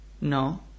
No